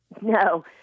No